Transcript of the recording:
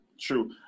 True